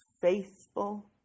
faithful